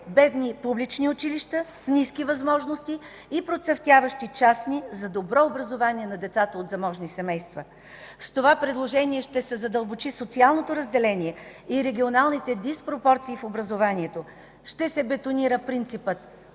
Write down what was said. бедни публични училища с ниски възможности и процъфтяващи частни – за добро образование на децата от заможни семейства. С това предложение ще се задълбочи социалното разделение и регионалните диспропорции в образованието, ще се бетонира принципът